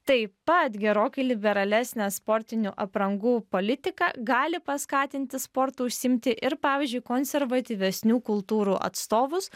taip pat gerokai liberalesnė sportinių aprangų politika gali paskatinti sportu užsiimti ir pavyzdžiui konservatyvesnių kultūrų atstovus